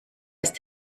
ist